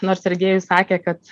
nors sergėjus sakė kad